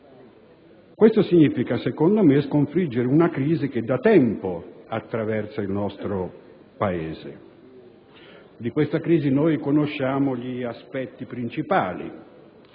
Questo significa - secondo me - sconfiggere una crisi che da tempo attraversa il nostro Paese. Di questa crisi noi conosciamo gli aspetti principali: